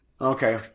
Okay